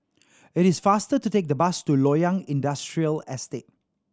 it is faster to take the bus to Loyang Industrial Estate